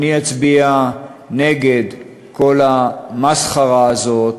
אני אצביע נגד כל המסחרה הזאת